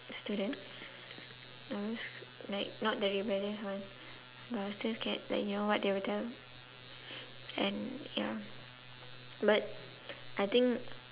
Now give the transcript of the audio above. student like not the rebellious one but I still scared like you know what they will tell and ya but I think